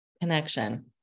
Connection